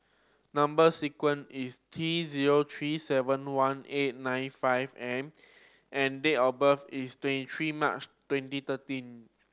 number sequence is T zero three seven one eight nine five M and and date of birth is twenty three March twenty thirteen